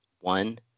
one